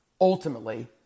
ultimately